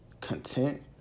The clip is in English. content